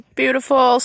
beautiful